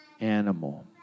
animal